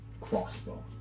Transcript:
crossbow